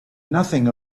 nothing